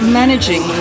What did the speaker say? managing